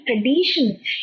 tradition